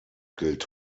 gilt